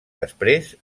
després